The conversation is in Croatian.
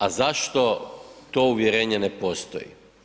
A zašto to uvjerenje ne postoji?